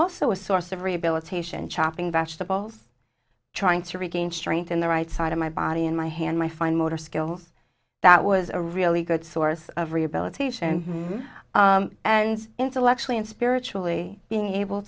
also a source of rehabilitation chopping vegetables trying to regain strength in the right side of my body in my hand my fine motor skills that was a really good source of rehabilitation and intellectually and spiritually being able